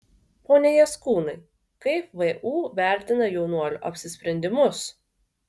pone jaskūnai kaip vu vertina jaunuolių apsisprendimus